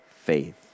faith